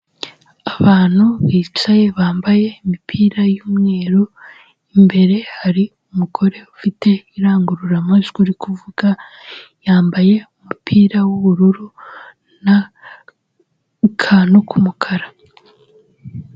Abantu bicaye, bambaye imipira y'umweru, imbere hari umugore ufite irangururamajwi uri kuvuga, yambaye umupira w'ubururu n'akantu k'umukara.